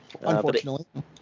unfortunately